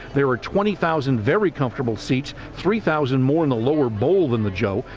there are twenty thousand very comfortable seats, three thousand more in the lower bowl than the joe.